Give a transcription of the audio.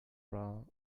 bra